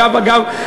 אגב,